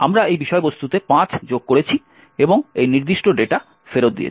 আমরা এই বিষয়বস্তুতে 5 যোগ করেছি এবং এই নির্দিষ্ট ডেটা ফেরত দিয়েছি